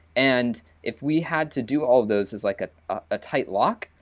and if we had to do all those is like a ah tight lock.